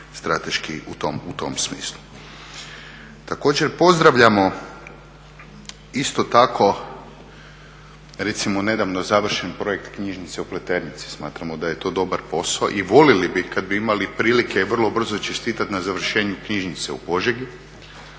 strateški u tom smislu. Također pozdravljamo isto tako recimo nedavno završen projekt knjižnice u Pleternici. Smatramo da je to dobar posao i voljeli bi kad bi imali prilike vrlo brzo čestitat na završenju knjižnice u Požegi.